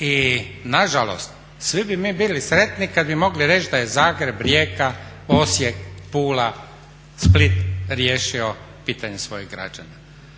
I na žalost svi bi mi bili sretni kad bi mogli reći da je Zagreb, Rijeka, Osijek, Pula, Split riješio pitanje svojih građana.